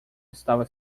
estava